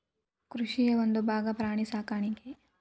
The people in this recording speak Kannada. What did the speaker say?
ಕೃಷಿಯ ಒಂದುಭಾಗಾ ಪ್ರಾಣಿ ಸಾಕಾಣಿಕೆ